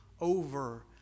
over